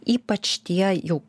ypač tie jau